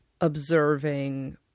observing